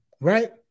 right